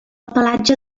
pelatge